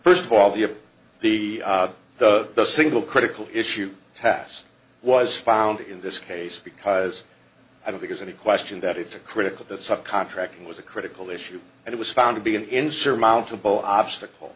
first of all the of the the the single critical issue pass was found in this case because i don't think it's any question that it's a critic of the subcontract was a critical issue and it was found to be an insurmountable obstacle